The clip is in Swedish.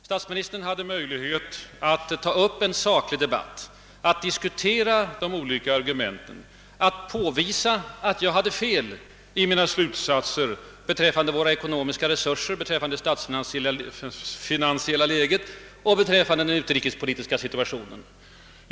Statsministern hade möjlighet att ta upp en saklig debatt, att diskutera de olika argumenten och att påvisa att jag hade fel i mina slutsatser beträffande våra ekonomiska resurser, det statsfinansiella läget och den utrikespolitiska situa tionen.